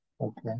okay